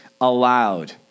allowed